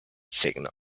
signal